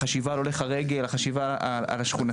החשיבה על הולך הרגל, החשיבה השכונתית.